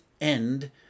end